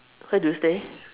where do you stay